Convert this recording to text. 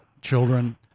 children